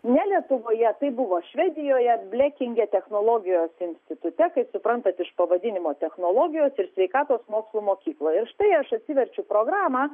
ne lietuvoje tai buvo švedijoje blekinge technologijos institute kaip suprantate iš pavadinimo technologijos ir sveikatos mokslų mokykloje ir štai aš atsiverčiu programą